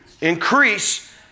increase